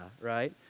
right